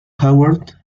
howard